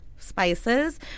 Spices